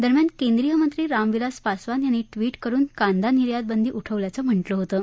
दरम्यान केंद्रीय मंत्री रामविलास पासवान यांनी ट्विट करून कांदा निर्यात बंदी उठवल्याचं म्हटलं होतं